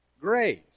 Grace